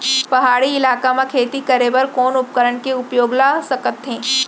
पहाड़ी इलाका म खेती करें बर कोन उपकरण के उपयोग ल सकथे?